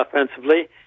offensively